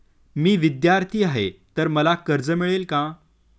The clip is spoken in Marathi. मी विद्यार्थी आहे तर मला कर्ज मिळेल का?